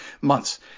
months